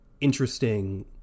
interesting